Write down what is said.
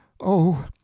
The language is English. Oh